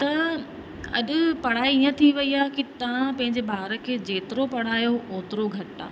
त अॼु पढ़ाई ईअं थी वई आहे कि तव्हां पंहिंजे ॿार खे जेतिरो पढ़ायो ओतिरो घटि आहे